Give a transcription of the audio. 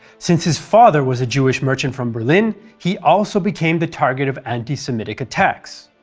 since his father was a jewish merchant from berlin, he also became the target of anti-semitic attacks.